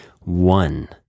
one